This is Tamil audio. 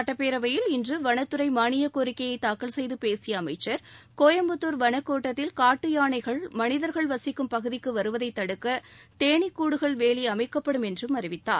சுட்டப்பேரவையில் இன்று வளத்துறை மாளியக் கோரிக்கையை தாக்கல் செய்து பேசிய அமைச்சர் கோயம்புத்தூர் வனக்கோட்டத்தில் காட்டு யானைகள் மனிதர்கள் வசிக்கும் பகுதிக்கு வருவதை தடுக்க தேனீகூடுகள் வேலி அமைக்கப்படும் என்றும் அறிவித்தார்